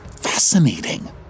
Fascinating